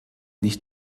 nicht